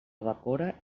bacora